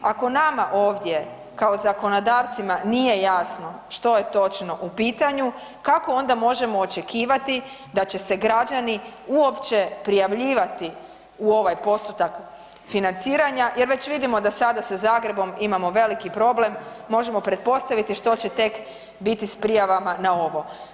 Ako nama ovdje kao zakonodavcima nije jasno što je točno u pitanju, kako onda možemo očekivati da će se građani uopće prijavljivati u ovaj postotak financiranja jer već vidimo da sada sa Zagrebom imamo veliki problem, možemo pretpostaviti što će tek biti s prijavama na ovo.